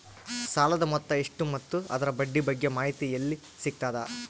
ಸಾಲದ ಮೊತ್ತ ಎಷ್ಟ ಮತ್ತು ಅದರ ಬಡ್ಡಿ ಬಗ್ಗೆ ಮಾಹಿತಿ ಎಲ್ಲ ಸಿಗತದ?